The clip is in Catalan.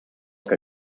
que